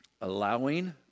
Allowing